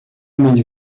menys